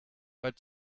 but